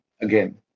again